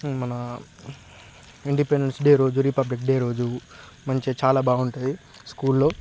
మన Independence Day రోజు Republic Day రోజు మంచిగా చాలా బాగుంటుంది స్కూల్లో